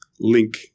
link